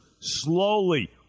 slowly